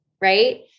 right